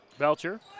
Belcher